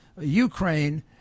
Ukraine